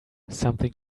something